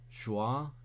Joie